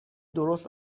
درست